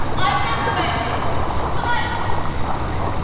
i've never met you! but i missed you guys.